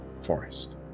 Forest